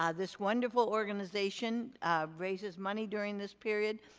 ah this wonderful organization raises money during this period,